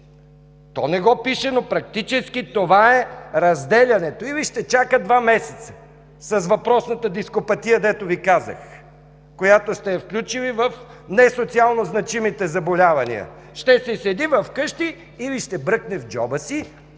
Това не го пише, но практически това е разделянето – или ще чака два месеца с въпросната дископатия, дето Ви казах, която сте включили в несоциално значимите заболявания и ще си седи вкъщи, или ще бръкне в джоба си,